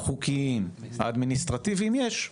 החוקיים, האדמיניסטרטיביים, יש.